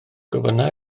gofynna